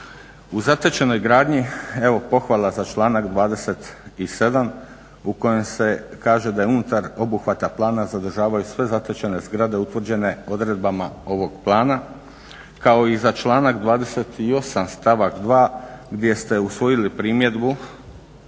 U zatečenoj gradnji evo pohvala za članak 27.u kojem se kaže da je unutar obuhvata plana zadržavaju sve zatečene zgrade utvrđene odredbama ovog plana kao i za članak 28.stavak 2.gdje ste usvojili primjedbu